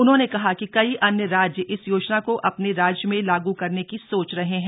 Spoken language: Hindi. उन्होंने कहा कि कई अन्य राज्य इस योजना को अपने राज्य में लागू करने की सोच रहे हैं